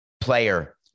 player